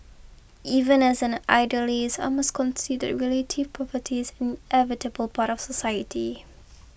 even as an idealist I must concede relative poverties inevitable part of society